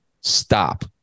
stop